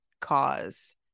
cause